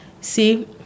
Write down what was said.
see